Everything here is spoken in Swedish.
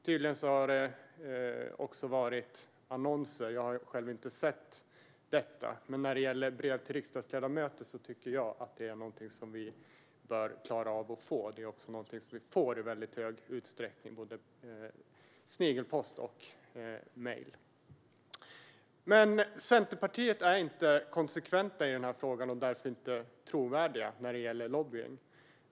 Tydligen har det också varit annonser, vilket jag själv inte har sett. Men när det gäller brev till riksdagsledamöter tycker jag att det är någonting som vi bör klara av att få. Det är någonting som vi också får i stor utsträckning - både snigelpost och mejl. Men Centerpartiet är inte konsekvent i denna fråga och därför inte trovärdigt när det gäller lobbning.